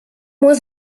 moins